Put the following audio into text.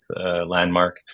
landmark